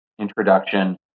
introduction